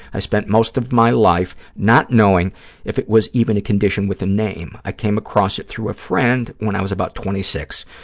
i spent most of my life not knowing if it was even a condition with a name. i came across it through a friend when i was about twenty six.